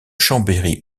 chambéry